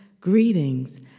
greetings